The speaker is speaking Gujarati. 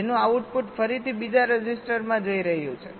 જેનું આઉટપુટ ફરીથી બીજા રજિસ્ટરમાં જઈ રહ્યું છે